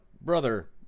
brother